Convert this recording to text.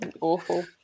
Awful